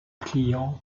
client